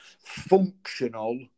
functional